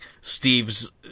Steve's